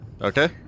Okay